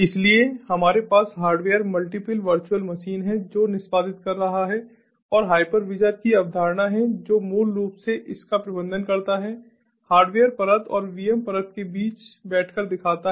इसलिए हमारे पास हार्डवेयर मल्टीपल वर्चुअल मशीन है जो निष्पादित कर रहा है और हाइपरविजर की अवधारणा है जो मूल रूप से इसका प्रबंधन करता है हार्डवेयर परत और VM परत के बीच बैठकर दिखाता है